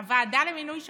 הוועדה למינוי שופטים?